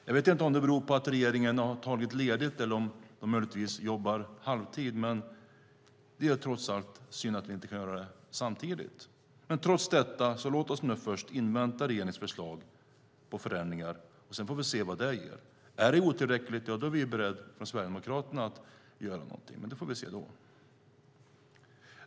Jag vet inte om det beror på att regeringen har tagit ledigt eller möjligtvis jobbar halvtid, men det är trots allt synd att vi inte kan göra det samtidigt. Låt oss trots detta invänta regeringens förslag på förändringar, så får vi se vad det ger. Om det är otillräckligt är vi från Sverigedemokraterna beredda att göra något, men det får vi se då.